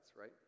right